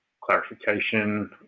clarification